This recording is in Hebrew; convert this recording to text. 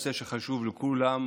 נושא שחשוב לכולם,